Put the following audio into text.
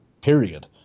Period